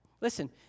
Listen